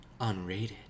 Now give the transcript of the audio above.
unrated